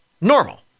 normal